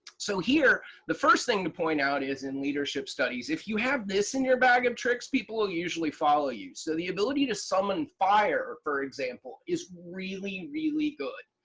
so here, the first thing to point out is in leadership studies, if you have this in your bag of tricks people will usually follow you. so, the ability to summon fire for example is really really good.